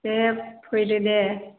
दे फैदो दे